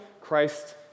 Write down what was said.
Christ